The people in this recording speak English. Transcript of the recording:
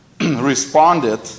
responded